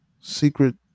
Secret